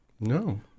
No